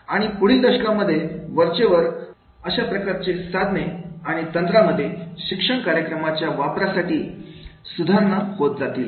आणि पुढील दशकांमध्ये वरचेवर अशा प्रकारचे साधने आणि तंत्रांमध्ये शिक्षण कार्यक्रमाच्या वापरासाठी सुधारणा होत जातील